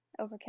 Overkill